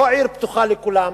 לא עיר פתוחה לכולם.